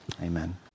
amen